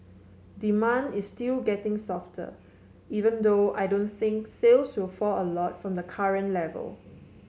demand is still getting softer even though I don't think sales will fall a lot from the current level